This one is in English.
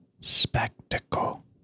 Spectacle